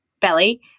belly